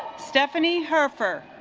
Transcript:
stephanie her fur